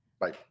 Bye